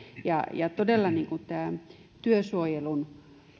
ja ja todella tätä työsuojelun